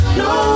no